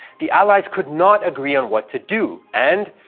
the allies could not agree on what to do, and,